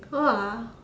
!wah!